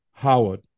Howard